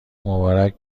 مبارک